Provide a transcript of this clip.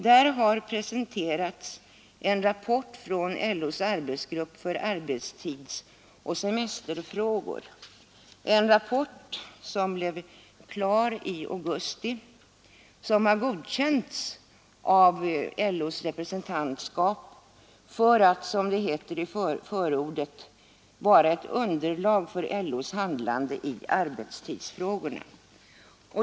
Där har presenterats en rapport från LO:s arbetsgrupp för arbetstidsoch semesterfrågor, en rapport som blev klar i augusti och godkänts av LO:s representantskap för att, som det heter i förordet, vara ett underlag för LO:s handlande i arbetstidsfrågorna.